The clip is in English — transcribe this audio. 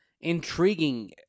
Intriguing